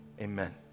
amen